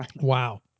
Wow